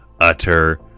Utter